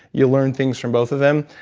you learn things from both of them.